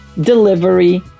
delivery